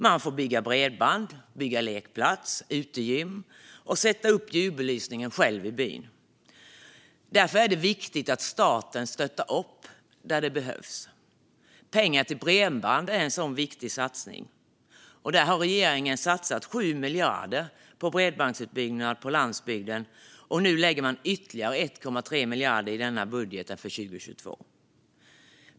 Man får bygga bredband, bygga lekplats och utegym och sätta upp julbelysningen i byn. Därför är det viktigt att staten stöttar upp där det behövs. Pengar till bredband är en sådan viktig satsning. Regeringen har därför satsat 7 miljarder på bredbandsutbyggnad på landsbygden och lägger ytterligare 1,3 miljarder i budgeten för 2022.